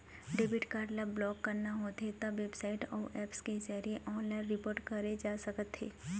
debit card ल block कराना होथे त बेबसाइट अउ ऐप्स के जरिए ऑनलाइन रिपोर्ट करे जा सकथे